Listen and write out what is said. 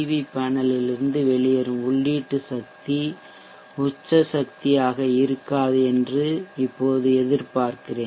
we பேனலில் இருந்து வெளியேறும் உள்ளீட்டு சக்தி உச்ச சக்தியாக இருக்காது என்று இப்போது எதிர்பார்க்கிறேன்